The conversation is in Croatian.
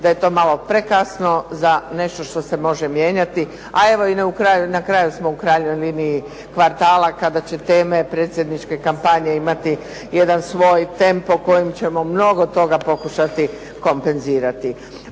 da je to malo prekasno za nešto što se može mijenjati a evo i na kraju smo u krajnjoj liniji kvartala kada će teme predsjedničke kampanje imati jedan svoj tempo kojim ćemo mnogo toga pokušati kompenzirati.